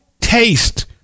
taste